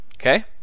Okay